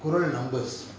குறள்:kural numbers